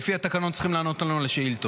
לפי התקנון, צריכים לענות לנו על השאילתות.